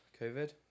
COVID